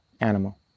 animal